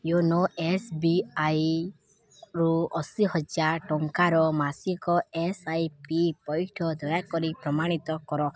YONO ଏସ୍ବିଆଇରୁ ଅଶୀ ହଜାର ଟଙ୍କାର ମାସିକ ଏସ୍ ଆଇ ପି ପଇଠ ଦୟାକରି ପ୍ରମାଣିତ କର